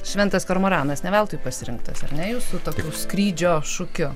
šventas kormoranas ne veltui pasirinktas ar ne jūsų tokiu skrydžio šūkiu